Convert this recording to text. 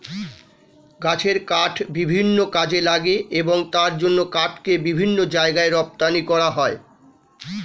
গাছের কাঠ বিভিন্ন কাজে লাগে এবং তার জন্য কাঠকে বিভিন্ন জায়গায় রপ্তানি করা হয়